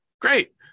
Great